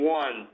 one